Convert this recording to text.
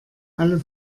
alle